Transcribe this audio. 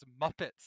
Muppets